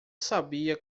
sabia